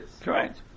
Correct